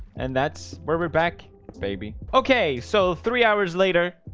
and that's where we're back baby, okay, so three hours later